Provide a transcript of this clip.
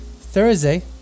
Thursday